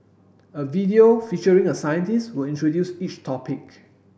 a video featuring a scientist will introduce each topic